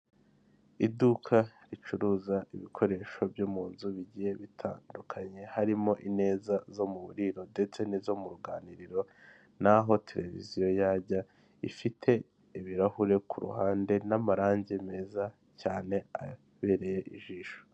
Iduka ricuruza ibikoresho byo mu nzu bigiye bitandukanye, harimo imeza zo mu muburiro ndetse n'izo mu ruganiriro, naho televiziyo yajya, ifite ibirahure ku ruhande n'amarange meza cyane abereye ijisho.